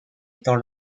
étant